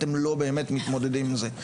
אתם לא באמת מתמודדים עם זה.